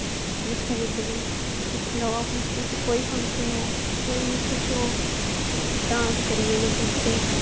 अपने स्कूल च बी दिक्खी लैओ अपने स्कूल च कोई फंक्शन हो कोई बी कुछ हो डांस करियै गै दसदे